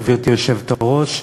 גברתי היושבת-ראש,